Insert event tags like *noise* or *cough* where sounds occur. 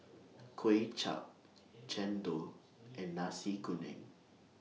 *noise* Kway Chap Chendol and Nasi Kuning